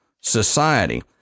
society